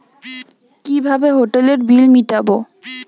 কিভাবে হোটেলের বিল মিটাব?